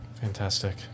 Fantastic